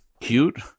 cute